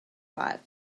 five